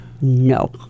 no